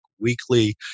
weekly